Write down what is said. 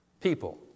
people